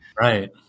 Right